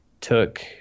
took